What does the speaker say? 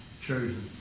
chosen